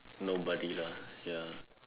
nobody lah ya